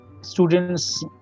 students